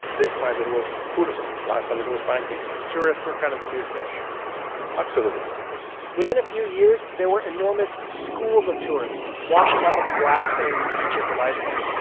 this time, it was tourism. last time, it it was banking so ah tourists were kind of the new fish absolutely within a few years, there were enormous schools of tourists washing up on the black, sandy beaches of iceland,